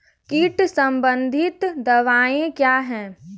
कीट संबंधित दवाएँ क्या हैं?